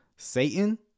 Satan